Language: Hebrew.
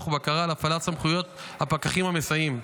ובקרה להפעלת סמכויות הפקחים המסייעים.